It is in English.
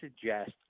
suggest